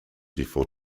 before